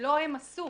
שלא הם עשו.